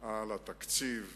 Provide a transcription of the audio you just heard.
על התקציב,